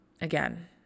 again